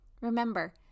Remember